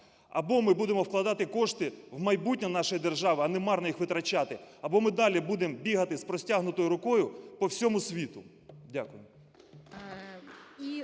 Або ми будемо вкладати кошти в майбутнє нашої держави, а не марно їх витрачати, або ми далі будемо бігати з простягнутою рукою по всьому світу. Дякую.